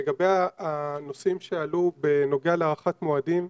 לגבי הנושאים שעלו בנוגע להארכת מועדים.